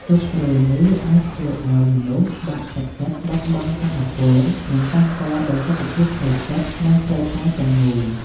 ទុក្ខព្រួយនេះអាចធ្វើឲ្យមនុស្សបាក់ទឹកចិត្ត បាត់បង់ថាមពល និងប៉ះពាល់ដល់សុខភាពផ្លូវចិត្ត និងផ្លូវកាយទាំងមូល។